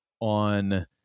on